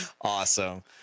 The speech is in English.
Awesome